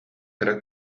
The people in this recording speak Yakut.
кыра